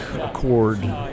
accord